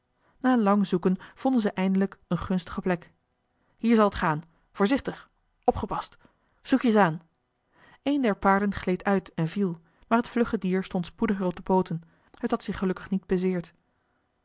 na lang zoeken vonden ze eindelijk eene gunstige plek hier zal t gaan voorzichtig opgepast zoetjes aan een der paarden gleed uit en viel maar het vlugge dier stond spoedig weer op de pooten het had zich gelukkig niet